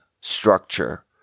structure